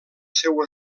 seu